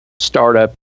startup